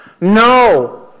No